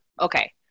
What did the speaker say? okay